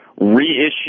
reissue